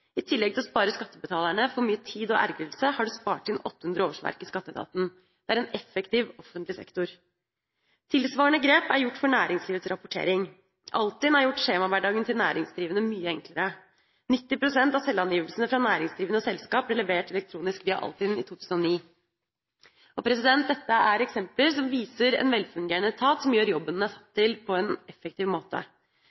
I tillegg til å spare skattebetalerne for mye tid og ergrelser, har det spart inn 800 årsverk i skatteetaten. Det er en effektiv offentlig sektor. Tilsvarende grep er gjort for næringslivets rapportering. Altinn har gjort skjemahverdagen til næringsdrivende mye enklere. 90 pst. av selvangivelsene fra næringsdrivende og selskap ble levert elektronisk via Altinn i 2009. Dette er eksempler som viser en velfungerende etat som gjør jobben den er satt